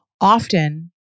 often